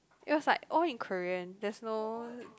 it was like all in Korean there's no